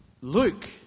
Luke